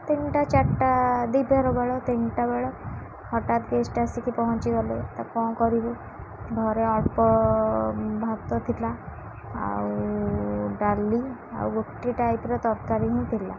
ତିନିଟା ଚାରିଟା ଦିବାର ବେଳ ତିନିଟା ବେଳ ହଠାତ ଗେଷ୍ଟ ଆସିକି ପହଞ୍ଚିଗଲେ ତା କ'ଣ କରିବୁ ଘରେ ଅଳ୍ପ ଭାତ ଥିଲା ଆଉ ଡାଲି ଆଉ ଗୋଟେ ଟାଇପ୍ର ତରକାରୀ ହିଁ ଥିଲା